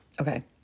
Okay